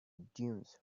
dunes